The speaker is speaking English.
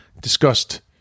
discussed